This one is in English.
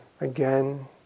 again